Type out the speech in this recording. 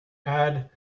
add